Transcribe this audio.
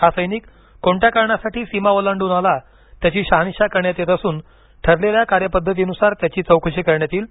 हा सैनिक कोणत्या कारणासाठी सीमा ओलांडून आला त्याची शहानिशा करण्यात येत असून ठरलेल्या कार्यपद्धतीनुसार त्याची चौकशी करण्यात येईल